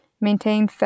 maintain